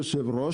היושב ראש,